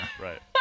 Right